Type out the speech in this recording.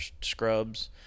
scrubs